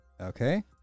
Okay